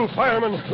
firemen